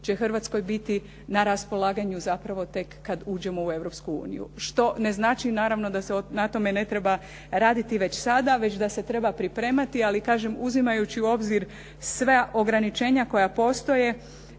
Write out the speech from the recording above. će Hrvatskoj biti na raspolaganju zapravo tek kad uđemo u Europsku uniju, što ne znači naravno da se na tome ne treba raditi već sada, već da se treba pripremati. Ali kažem, uzimajući u obzir sva ograničenja koja postoje,